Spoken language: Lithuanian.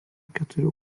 keturių